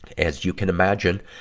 as you can imagine,